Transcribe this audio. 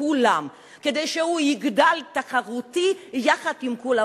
כדי שהוא יגדל תחרותי יחד עם כולם,